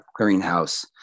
clearinghouse